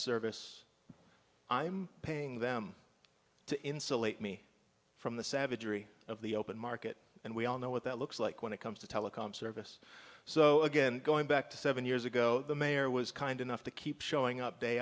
service i'm paying them to insulate me from the savagery of the open market and we all know what that looks like when it comes to telecom service so again going back to seven years ago the mayor was kind enough to keep showing up day